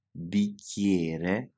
bicchiere